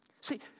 See